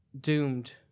doomed